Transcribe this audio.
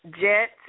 jet